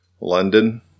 London